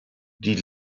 die